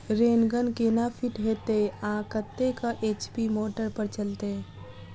Rain gun केना fit हेतइ आ कतेक एच.पी मोटर पर चलतै?